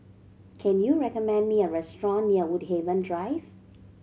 can you recommend me a restaurant near Woodhaven Drive